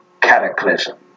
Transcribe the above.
cataclysm